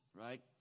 Right